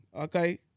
okay